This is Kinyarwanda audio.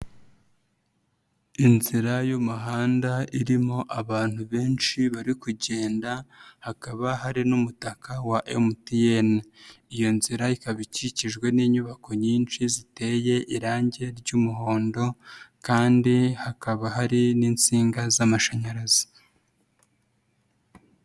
Inzira y'umuhanda irimo abantu benshi bari kugenda hakaba hari n'umutaka wa MTN, iyo nzira ikaba ikikijwe n'inyubako nyinshi ziteye irange ry'umuhondo kandi hakaba hari n'insinga z'amashanyarazi.